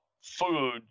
food